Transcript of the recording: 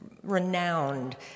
renowned